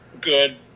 good